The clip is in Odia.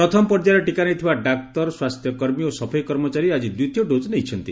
ପ୍ରଥମ ପର୍ଯ୍ୟାୟରେ ଟିକା ନେଇଥିବା ଡାକ୍ତର ସ୍ୱାସ୍ଥ୍ୟକର୍ମୀ ଓ ସଫେଇ କର୍ମଚାରୀ ଆକ୍କ ଦିତୀୟ ଡୋଜ୍ ନେଇଛନ୍ତି